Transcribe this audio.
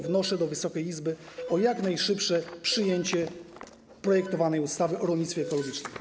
Wnoszę do Wysokiej Izby o jak najszybsze przyjęcie projektowanej ustawy o rolnictwie ekologicznym.